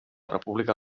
república